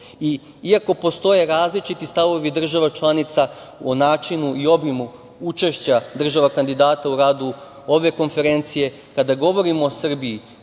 postoje različiti stavovi država članica o načinu i obimu učešća država kandidata u radu ove konferencije, kada govorimo o Srbiji